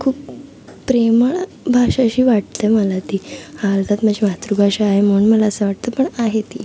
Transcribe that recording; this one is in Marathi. खूप प्रेमळ भाषा अशी वाटते मला ती अर्थात माझी मातृभाषा आहे म्हणून मला असं वाटतं पण आहे ती